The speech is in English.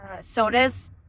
sodas